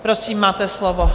Prosím, máte slovo.